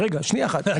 שנייה אחת.